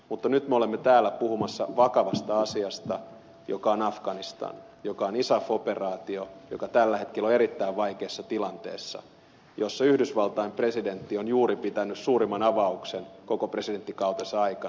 mutta nyt me olemme täällä puhumassa vakavasta asiasta joka on afganistan joka on isaf operaatio joka tällä hetkellä on erittäin vaikeassa tilanteessa jossa yhdysvaltain presidentti on juuri pitänyt suurimman avauksen koko presidenttikautensa aikana